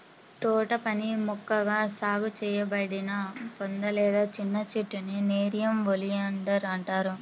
తోటపని మొక్కగా సాగు చేయబడిన పొద లేదా చిన్న చెట్టునే నెరియం ఒలియాండర్ అంటారు